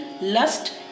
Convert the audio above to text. lust